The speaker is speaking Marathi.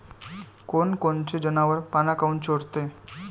कोनकोनचे जनावरं पाना काऊन चोरते?